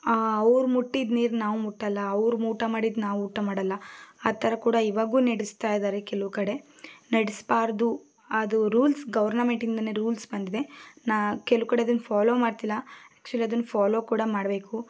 ಅವರು ಮುಟ್ಟಿದ ನೀರು ನಾವು ಮುಟ್ಟಲ್ಲ ಅವರು ಊಟ ಮಾಡಿದ್ದು ನಾವು ಊಟ ಮಾಡಲ್ಲ ಆ ಥರ ಕೂಡ ಇವಾಗೂ ನಡೆಸ್ತಾ ಇದ್ದಾರೆ ಕೆಲವು ಕಡೆ ನಡ್ಸ್ಬಾರ್ದು ಅದು ರೂಲ್ಸ್ ಗೌವರ್ನಮೆಂಟಿಂದಾನೇ ರೂಲ್ಸ್ ಬಂದಿದೆ ನಾ ಕೆಲವು ಕಡೆ ಅದನ್ನು ಫಾಲೋ ಮಾಡ್ತಿಲ್ಲ ಆ್ಯಕ್ಚುಲಿ ಅದನ್ನು ಫಾಲೋ ಕೂಡ ಮಾಡಬೇಕು